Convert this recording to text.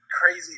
crazy